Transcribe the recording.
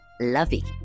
lovey